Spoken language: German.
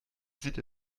sieht